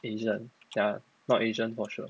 asian ya not asian for sure